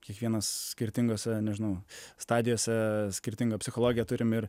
kiekvienas skirtingose nežinau stadijose skirtingą psichologiją turim ir